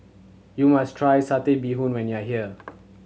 you must try Satay Bee Hoon when you are here